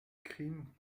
crime